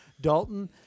Dalton